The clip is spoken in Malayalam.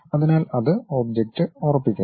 അതിനാൽ അത് ഒബ്ജക്റ്റ് ഒറപ്പിക്കുന്നു